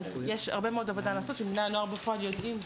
אז יש הרבה מאוד עבודה לעשות ואם בני נוער יודעים בפועל,